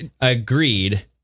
agreed